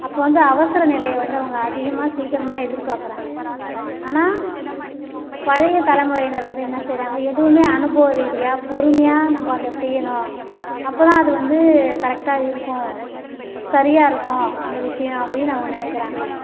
அப்போது வந்து அவசர நிலையை வந்து அவங்க அதிகமாக சீக்கிரமாக எதிர்பார்க்கறாங்க ஆனால் பழைய தலைமுறையினர் வந்து என்ன செய்யறாங்க எதுவும் அனுபவரீதியாக பொறுமையாக நம்ம அதை செய்யணும் அப்போதான் அது வந்து கரெட்டாக இருக்கும் சரியாக இருக்கும் அந்த விஷயம் அப்படின்னு அவங்க நினைக்கிறாங்க